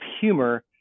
humor